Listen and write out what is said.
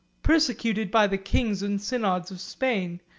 persecuted by the kings and synods of spain,